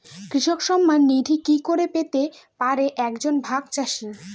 কৃষক সন্মান নিধি কি করে পেতে পারে এক জন ভাগ চাষি?